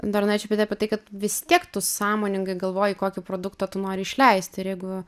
dar norėčiau pridė apie tai kad vis tiek tu sąmoningai galvoji kokį produktą tu nori išleist ir jeigu